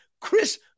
Chris